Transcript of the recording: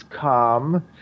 come